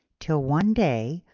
till one day,